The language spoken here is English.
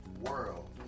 world